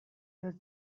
does